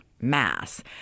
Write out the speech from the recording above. mass